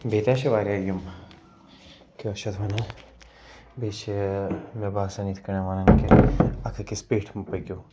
بیٚیہِ تہِ حظ چھِ واریاہ یِم کیاہ چھِ اتھ وَنان بیٚیہِ چھِ مےٚ باسان یِتھ کٔنیٚتھ وَنان کہِ اَکھ أکِس پیٹھ مہٕ پٔکِو